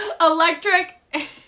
Electric